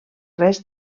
res